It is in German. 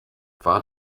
war